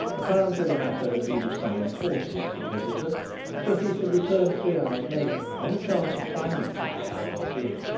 apparently the matter had been of some importance to the visitor for he had returned three hours later on the chance of finding mr. carrados in.